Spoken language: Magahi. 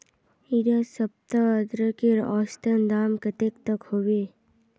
इडा सप्ताह अदरकेर औसतन दाम कतेक तक होबे?